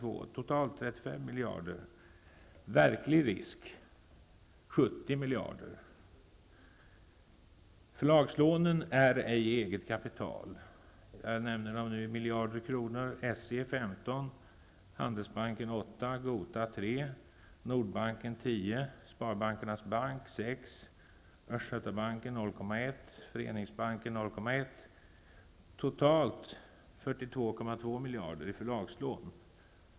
Kapitalbehovet i Första Sparbanken 7,3 miljarder kronor och i Nordbanken ca 20--25 miljarder kronor.